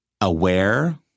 aware